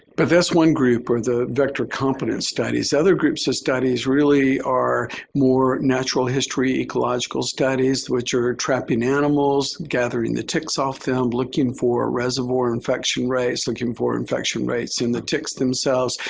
but there's one group for the vector competence studies. other groups' studies really are more natural history ecological studies, which are trapping animals, gathering the ticks off them, looking for reservoir infection rates, looking for infection rates in the ticks themselves,